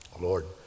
Lord